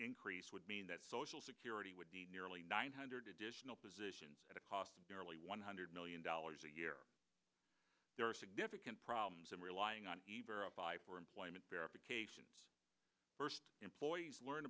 increase would mean that social security would need nearly nine hundred additional positions at a cost nearly one hundred million dollars a year there are significant problems in relying on employment verification first employees learn